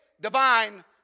divine